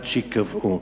ועד שייקבעו.